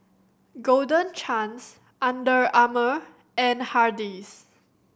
Golden Chance Under Armour and Hardy's